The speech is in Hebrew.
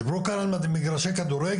דיברו כאן על מגרשי כדורגל,